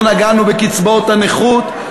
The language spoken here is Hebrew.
לא נגענו בקצבאות הנכות,